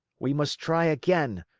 we must try again.